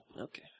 Okay